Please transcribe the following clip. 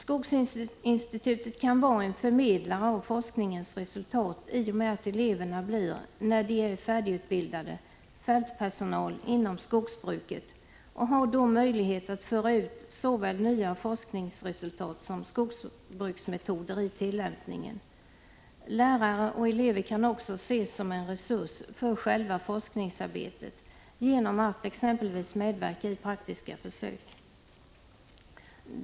Skogsinstitutet kan vara en förmedlare av forskningens resultat i och med att eleverna blir, när de är färdigutbildade, fältpersonal inom skogsbruket och då har möjlighet att föra ut såväl nya forskningsresultat som skogsbruksmetoder i tillämpningen. Lärare och elever kan också ses som en resurs för själva forskningsarbetet, genom att t.ex. medverka i praktiska försök.